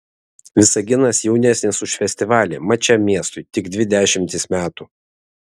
visaginas jaunesnis už festivalį mat šiam miestui tik dvi dešimtys metų